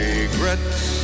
Regrets